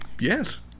Yes